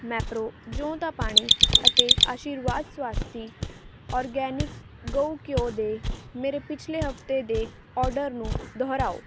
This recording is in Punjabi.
ਮੈਪਰੋ ਜੋਂ ਦਾ ਪਾਣੀ ਅਤੇ ਆਸ਼ੀਰਵਾਦ ਸਵਾਸਤੀ ਓਰਗੈਨਿਕ ਗਊ ਘਿਓ ਦੇ ਮੇਰੇ ਪਿਛਲੇ ਹਫਤੇ ਦੇ ਓਰਡਰ ਨੂੰ ਦੁਹਰਾਓ